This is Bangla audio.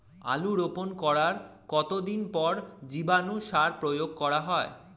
আলু রোপণ করার কতদিন পর জীবাণু সার প্রয়োগ করা হয়?